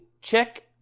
check